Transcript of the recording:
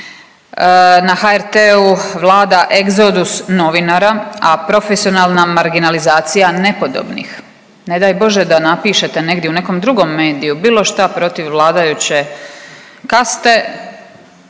Na HRT-u vlada egzodus novinara, a profesionalna marginalizacija nepodobnih. Ne daj Bože da napišete negdje u nekom drugom mediju bilo šta protiv vladajuće kaste